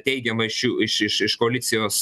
teigiamai šių iš iš iš koalicijos